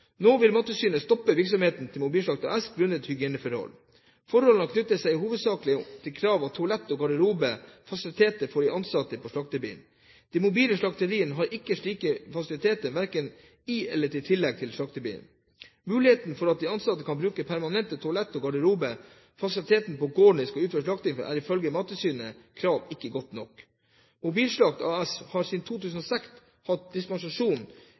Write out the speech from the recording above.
Nå vil Mattilsynet stoppe virksomheten til Mobilslakt AS grunnet hygieneforhold. Forholdene knytter seg hovedsakelig til krav om toalett- og garderobefasiliteter for de ansatte på slaktebilen. De mobile slakteriene har ikke slike fasiliteter verken i eller i tillegg til slaktebilen. Muligheten for at de ansatte kan bruke de permanente toalett- og garderobefasilitetene på de gårdene der de skal utføre slaktingen, er ifølge Mattilsynets krav ikke godt nok. Mobilslakt AS har siden 2006 hatt dispensasjon